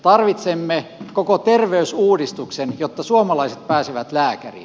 tarvitsemme koko terveysuudistuksen jotta suomalaiset pääsevät lääkäriin